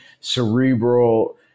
cerebral